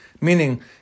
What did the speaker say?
meaning